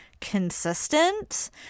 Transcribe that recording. consistent